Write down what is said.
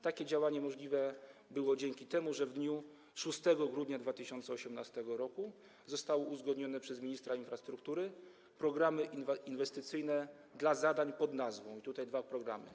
Takie działanie możliwe było dzięki temu, że w dniu 6 grudnia 2018 r. zostały uzgodnione przez ministra infrastruktury programy inwestycyjne dla zadań pod nazwą, i tutaj dwa programy: